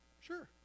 Sure